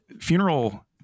Funeral